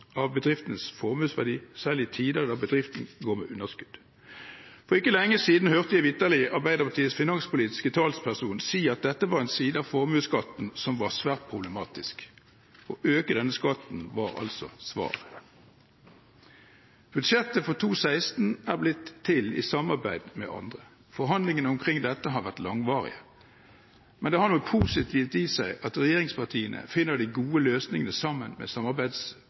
av bedriftens formuesverdi selv i tider der bedriften går med underskudd. For ikke lenge siden hørte jeg vitterlig Arbeiderpartiets finanspolitiske talsperson si at dette var en side av formuesskatten som var svært problematisk. Å øke denne skatten var altså svaret. Budsjettet for 2016 er blitt til i samarbeid med andre. Forhandlingene omkring dette har vært langvarige. Men det har noe positivt i seg at regjeringspartiene finner de gode løsningene sammen med